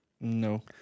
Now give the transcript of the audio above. No